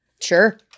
Sure